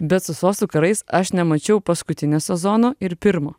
bet su sostų karais aš nemačiau paskutinio sezono ir pirmo